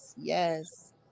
Yes